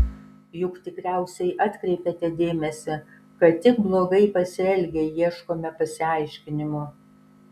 juk tikriausiai atkreipėte dėmesį kad tik blogai pasielgę ieškome pasiaiškinimų